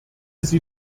sie